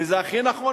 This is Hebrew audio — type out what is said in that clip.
וזה הכי נכון,